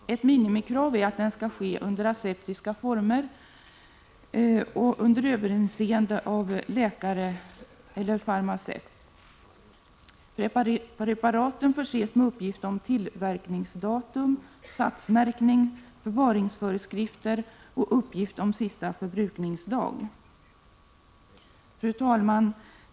Ett minimikrav är att den skall ske under aseptiska former och under överinseende av läkare eller farmaceut. Preparaten förses med uppgift om tillverkningsdatum, satsmärkning, förvaringsföreskrifter och uppgift om sista förbrukningsdag. Fru talman!